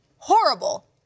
Horrible